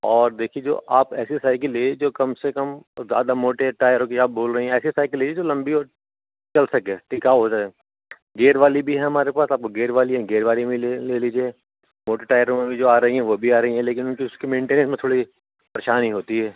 اور دیکھیے جو آپ ایسے سائیکل لیں جو کم سے کم زیادہ موٹے ٹائروں کی آپ بول رہی ہیں ایسی سائیکل لیجیے جو لمبی اور چل سکے ٹکاؤ ہو جائے ہے گیر والی بھی ہے ہمارے پاس آپ گیر والی ہیں گیئر والی میں لے لے لیجیے موٹے ٹائروں میں بھی جو آ رہی ہیں وہ بھی آ رہی ہیں لیکن ان کی اس کی مینٹینس میں تھوڑی پریشانی ہوتی ہے